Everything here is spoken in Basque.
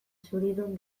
zuridun